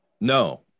No